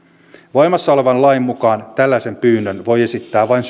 voimassa olevan lain mukaan tällaisen pyynnön voi esittää vain